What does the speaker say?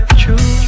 true